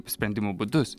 sprendimo būdus